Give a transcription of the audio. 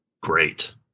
great